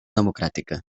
democràtica